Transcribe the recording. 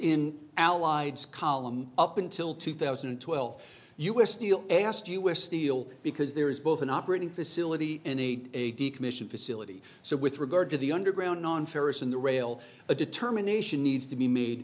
in allied column up until two thousand and twelve u s steel asked us steel because there is both an operating facility in a a decommissioned facility so with regard to the underground non ferrous and the rail a determination needs to be made